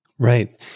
Right